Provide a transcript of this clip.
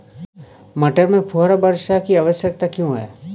मटर में फुहारा वर्षा की आवश्यकता क्यो है?